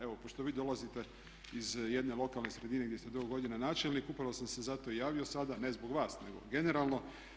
Evo pošto vi dolazite iz jedne lokalne sredine gdje ste dugo godina načelnik upravo sam se zato i javio sada, ne zbog vas, nego generalno.